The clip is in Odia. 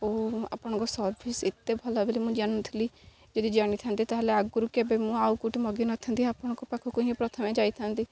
ଓ ଆପଣଙ୍କ ସର୍ଭିସ୍ ଏତେ ଭଲ ବୋଲି ବୋଲି ମୁଁ ଜାଣିନଥିଲି ଯଦି ଜାଣିଥାନ୍ତି ତା'ହେଲେ ଆଗରୁ କେବେ ମୁଁ ଆଉ କେଉଁଠି ମଗାଇନଥାନ୍ତି ଆପଣଙ୍କ ପାଖକୁ ହିଁ ପ୍ରଥମେ ଯାଇଥାନ୍ତି